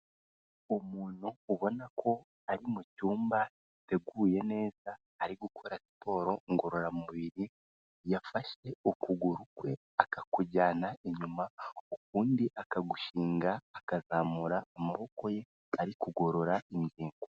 Umuntu ubona ko ari mu cyumba giteguye neza ari gukora siporo ngororamubiri, yafashe ukuguru kwe akakujyana inyuma ukundi akagushinga akazamura amaboko ye ari kugorora ingingo.